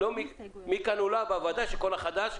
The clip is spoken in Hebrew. מכאן ולהבא, וודאי שכול החדש.